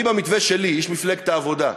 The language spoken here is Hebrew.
אני, במתווה שלי, איש מפלגת העבודה,